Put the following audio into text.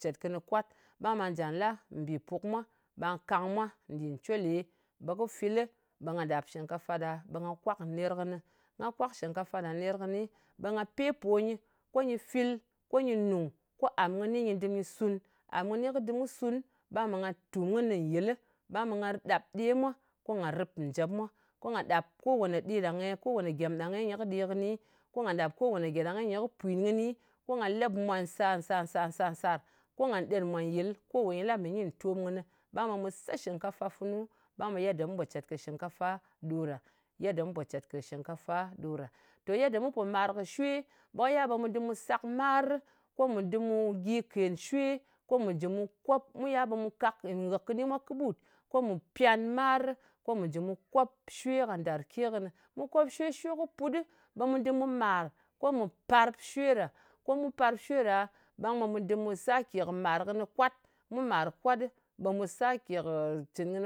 cet kɨnɨ kwat. Ɓang ɓa nja la mbì puk mwa, ɓe nga kang mwa nɗìn cwele. Ɓe kɨ filɨ ɓe nga ɗap shingkafa ɗa nga kwak ner kɨnɨ. Nga kwak shingkafa ɗa ner kɨni, ɓe nga pepo nyɨ. Ko nyɨ fil, ko nyɨ nùng, ko am kɨni nyɨ dɨm nyɨ sun. Am kɨni kɨ dɨm kɨ sun, ɓang ɓe nga tùm kɨnɨ nyɨl. Ɓang ɓe nga ɗap ɗe mwa, ko ngà rɨp njèp mwa. Ko ngà ɗap ko wane ɗe ɗange. Ko wane gyem ɗange ɓe nyɨ kɨ ɗe kɨni. Ko ngà ɗàp, ko wane gyem ɗange ɓe nyɨ kɨ pwìn kɨni. Ko ngà lep mwa nsàr, nsàr, nsàr, nsàr, nsàr. Ko ngà ɗen mwà nyɨl. Ko wane nyɨ la mɨ nyi ntom kɨnɨ. Ɓang ɓe mu se shɨngkafa funu. Ɓang ɓe yedda mu pò cèt kɨ shinkgkafa ɗo ɗa. Yadda mu pò cèt kɨ shingkafa ɗo ɗa. To yedda mu pò mar kɨ shwe, ɓe kɨ yal ɓe mu dɨm mu sak marɨ, ko mu dɨm mu gyi ken shwe, ko mu jɨ mu kop. Mu ya ɓe mu kak nghɨk kɨni mwa kɨɓut. Ko mù pyan marɨ, ko mù jɨ mu kop shwe ka ndarke kɨ. Mu kop shwe, shwe kɨ put ɗɨ, ɓe mu dɨm mu màr, ko mu parp shwe ɗa. Ko mu parp shwe ɗa, ɓang ɓe mu dɨm mu sake kɨ màr kɨnɨ kwat. Mu màr kwat ɗɨ, ɓe mu sake kɨ ci gni.